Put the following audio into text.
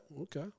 Okay